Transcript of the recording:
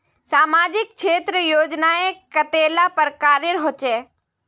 सामाजिक क्षेत्र योजनाएँ कतेला प्रकारेर होचे?